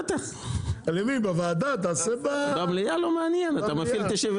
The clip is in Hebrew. יימחקו המילים: או עובד שהוא מינה לכך.